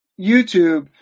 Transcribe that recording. YouTube